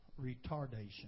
retardation